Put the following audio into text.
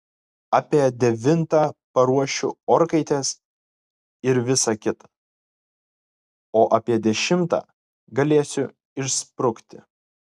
apie devintą paruošiu orkaites ir visa kita o apie dešimtą galėsiu išsprukti